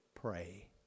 pray